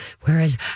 whereas